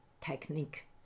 technique